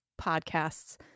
podcasts